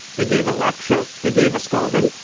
they gave a lecture, they gave a scolding,